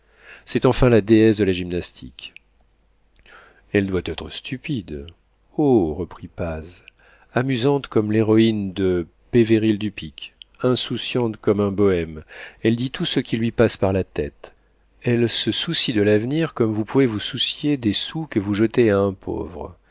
c'est enfin la déesse de la gymnastique elle doit être stupide oh reprit paz amusante comme l'héroïne de péveril du pic insouciante comme un bohême elle dit tout ce qui lui passe par la tête elle se soucie de l'avenir comme vous pouvez vous soucier des sous que vous jetez à un pauvre